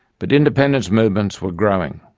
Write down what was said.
but independence movements were growing.